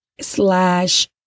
slash